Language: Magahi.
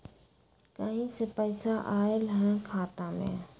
कहीं से पैसा आएल हैं खाता में?